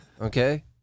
Okay